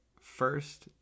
first